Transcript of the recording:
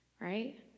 Right